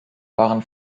waren